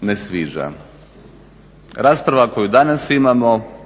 ne sviđa. Rasprava koju danas imamo